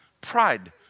pride